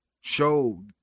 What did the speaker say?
show